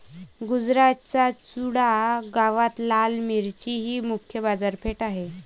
गुजरातच्या चुडा गावात लाल मिरचीची मुख्य बाजारपेठ आहे